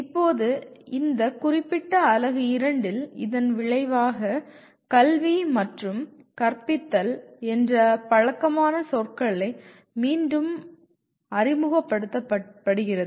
இப்போது இந்த குறிப்பிட்ட அலகு 2 ல் இதன் விளைவாக "கல்வி" மற்றும் "கற்பித்தல்" என்ற பழக்கமான சொற்கள் மீண்டும் அறிமுகப்படுத்தப்படுகிறது